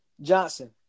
Johnson